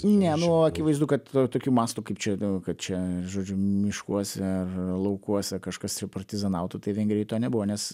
ne nu akivaizdu kad tokių mastų kaip čia kad čia žodžiu miškuose ar laukuose kažkas ir partizanautų tai vengrijoj to nebuvo nes